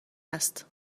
است